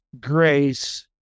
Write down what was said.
grace